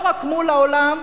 לא רק מול העולם,